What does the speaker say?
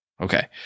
Okay